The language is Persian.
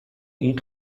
این